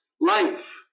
life